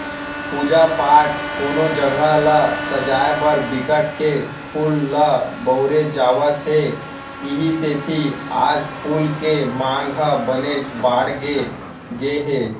पूजा पाठ, कोनो जघा ल सजाय बर बिकट के फूल ल बउरे जावत हे इहीं सेती आज फूल के मांग ह बनेच बाड़गे गे हे